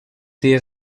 dies